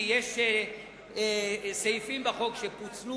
אנחנו נדון בחוק הזה אחרי שאתה תגיש את הצעת החוק הפרטית